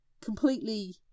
completely